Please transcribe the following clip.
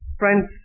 friends